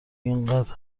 اینقدر